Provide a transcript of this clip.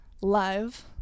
live